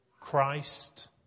Christ